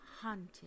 haunted